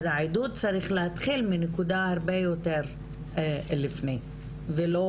אבל העדות צריך להתחיל מנקודה הרבה יותר לפני וכל